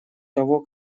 того